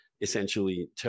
essentially